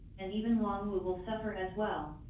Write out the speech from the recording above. and even long wu will suffer as well!